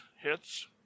hits